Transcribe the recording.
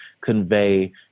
convey